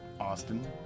Austin